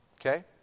Okay